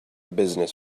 business